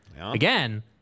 again